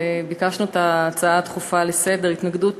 ביקשנו את ההצעה הדחופה לסדר-היום: התנגדות